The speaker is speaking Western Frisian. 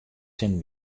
sin